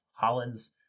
Holland's